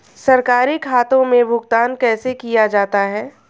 सरकारी खातों में भुगतान कैसे किया जाता है?